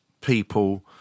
people